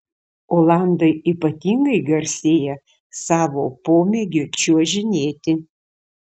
olandai ypatingai garsėja savo pomėgiu čiuožinėti